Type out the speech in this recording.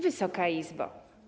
Wysoka Izbo!